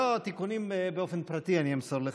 לא, תיקונים באופן פרטי אני אמסור לך.